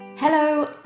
Hello